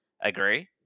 Agree